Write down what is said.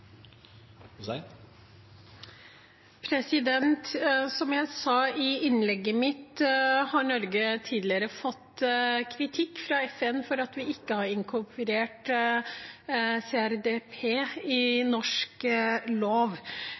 Som jeg sa i innlegget mitt, har Norge tidligere fått kritikk fra FN for at vi ikke har inkorporert CRDP i norsk lov.